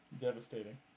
Devastating